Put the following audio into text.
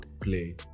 play